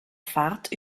fahrt